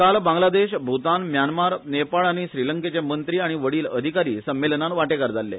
काल बांगलादेश भूतान म्यानमार नेपाळ आनी श्रीलंकेचे मंत्री आनी वडिल अधिकारी संमेलनान वांटेकांर जाल्ले